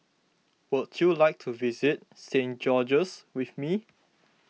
would you like to visit Saint George's with me